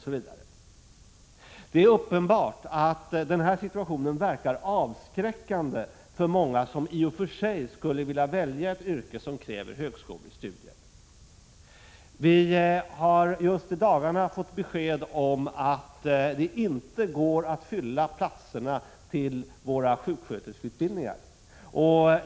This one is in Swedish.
Det 11 november 1986 är uppenbart att denna situation verkar avskräckande för många som ioch = Yoda för sig skulle vilja välja ett yrke som kräver högskolestudier. Vi har just i dagarna fått besked om att det inte går att fylla platserna till våra sjuksköterskeutbildningar.